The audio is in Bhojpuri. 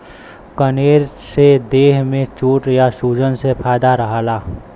कनेर से देह में चोट या सूजन से फायदा रहला